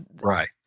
Right